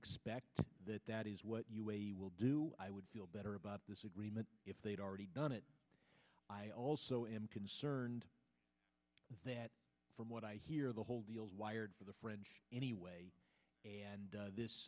expect that that is what you a will do i would feel better about this agreement if they'd already done it i also am concerned that from what i hear the whole deal is wired for the french anyway